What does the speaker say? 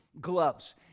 gloves